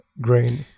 grain